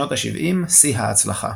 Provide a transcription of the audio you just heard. שנות השבעים שיא ההצלחה